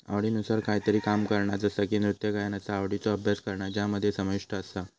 आवडीनुसार कायतरी काम करणा जसा की नृत्य गायनाचा आवडीचो अभ्यास करणा ज्यामध्ये समाविष्ट आसा